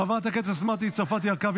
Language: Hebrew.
חברת הכנסת מטי צרפתי הרכבי,